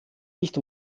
nicht